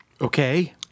Okay